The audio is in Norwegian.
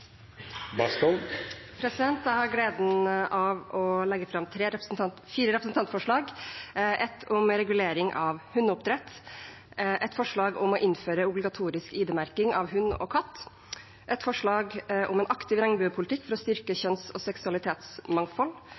Bastholm vil setja fram fire representantforslag. Jeg har gleden av å legge fram fire representantforslag: ett om regulering av hundeoppdrett, ett om å innføre obligatorisk ID-merking av hund og katt og ett forslag om en aktiv regnbuepolitikk for å styrke kjønns- og seksualitetsmangfold.